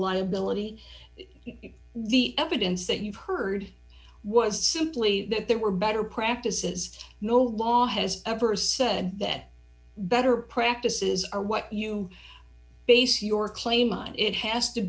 military the evidence that you've heard was simply that there were better practices no law has ever said that better practices are what you base your claim on it has to